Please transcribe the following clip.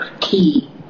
key